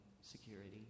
security